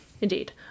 indeed